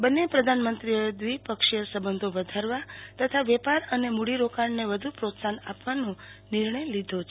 બંન્ને પ્રધાનમંત્રીઓએ દ્રિપક્ષીએ સંબંધો વધારવા તથા વેપાર અને મુડીરોકાણને વધુ પ્રોત્સાહન આપવાનો નિર્ણય લીધો છે